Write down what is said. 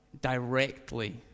directly